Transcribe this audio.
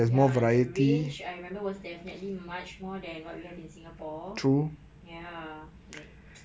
ya the range I remember was definitely much more than what we have in singapore ya like